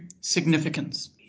significance